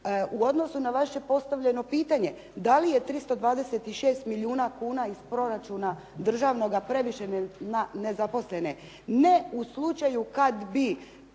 U odnosu na vaše postavljeno pitanje da li je 326 milijuna kuna iz proračuna državnoga previše na nezaposlene. Ne u slučaju kad bi